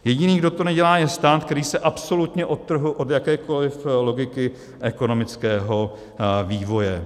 Jediný, kdo to nedělá, je stát, který se absolutně odtrhl od jakékoli logiky ekonomického vývoje.